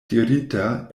dirita